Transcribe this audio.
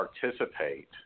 participate